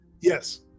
Yes